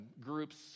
groups